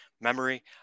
memory